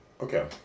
Okay